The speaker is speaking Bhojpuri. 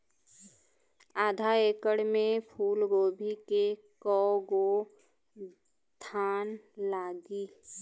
आधा एकड़ में फूलगोभी के कव गो थान लागी?